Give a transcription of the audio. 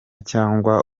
cyangwa